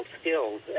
skills